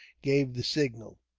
gave the signal.